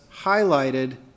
highlighted